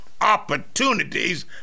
opportunities